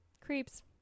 creeps